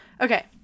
okay